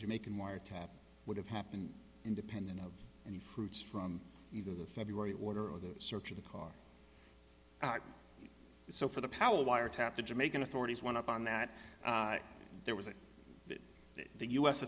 jamaican wiretap would have happened independent of any fruits from either the february order or the search of the car so for the powell wiretap the jamaican authorities went up on that there was a the u s